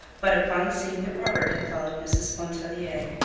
but upon seeing that robert had followed mrs. pontellier,